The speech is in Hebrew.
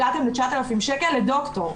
הגעתם ל-9,000 שקל לדוקטור.